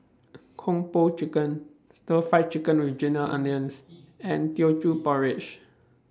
Kung Po Chicken Stir Fried Chicken with Ginger Onions and Teochew Porridge